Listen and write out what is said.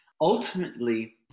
ultimately